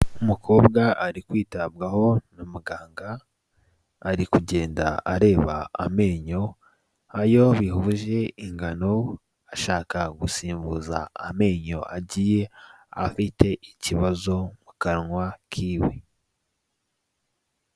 Umukobwa ari kwitabwaho na muganga ari kugenda areba amenyo ayo bihuje ingano ashaka gusimbuza amenyo agiye afite ikibazo mu kanwa kiwe.